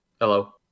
Hello